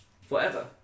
forever